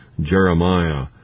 Jeremiah